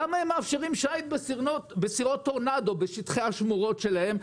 למה הם מאפשרים שיט בסירות טורנדו בשטחי השמורות שלהם,